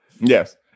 Yes